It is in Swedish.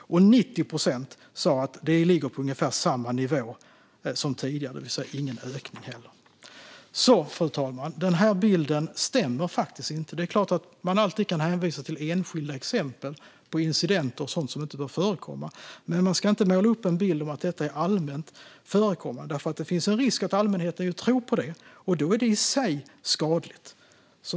Och 90 procent sa att ordningen är på ungefär samma nivå som tidigare, det vill säga att det inte har skett någon ökning av antalet incidenter. Fru talman! Den bild som Boriana Åberg ger stämmer faktiskt inte. Det är klart att man alltid kan hänvisa till enskilda exempel på incidenter och sådant som inte bör förekomma. Men man ska inte måla upp en bild av att detta är allmänt förekommande. Det finns då en risk att allmänheten tror på det, och då är det i sig skadligt.